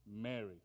Mary